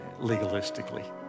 legalistically